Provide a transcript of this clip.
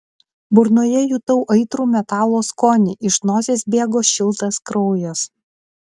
burnoje jutau aitrų metalo skonį iš nosies bėgo šiltas kraujas